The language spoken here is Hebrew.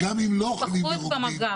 היא פחות במגע,